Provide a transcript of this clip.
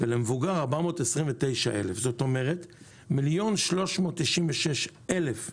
ולמבוגר 429,000. זאת אומרת 1.396 מיליון לחודש,